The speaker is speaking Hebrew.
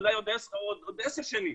אולי בעוד עשר שנים,